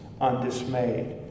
undismayed